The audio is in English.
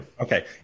Okay